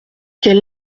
quel